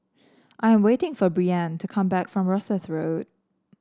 I am waiting for Breann to come back from Rosyth Road